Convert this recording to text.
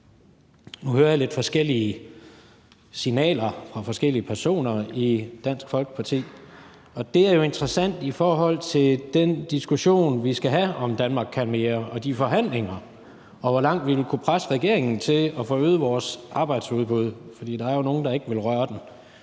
Nu hører jeg lidt forskellige signaler fra forskellige personer i Dansk Folkeparti, og det er jo interessant i forhold til den diskussion, vi skal have om »Danmark kan mere«, og de forhandlinger, og hvor langt vi vil kunne presse regeringen til at få øget vores arbejdsudbud. For der er jo nogle af regeringens